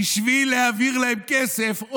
בשביל להעביר להם כסף,